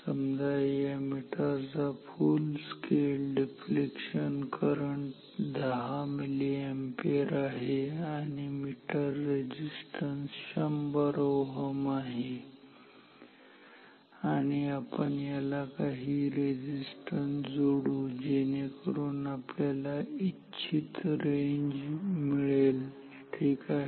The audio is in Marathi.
समजा या मीटरचा full scale deflection current 10 milliampere आहे आणि मीटर रेझिस्टन्स 100 Ω आहे आणि आपण याला काही रेझिस्टन्स जोडू जेणेकरून आपल्याला इच्छित रेंज मिळेल ठीक आहे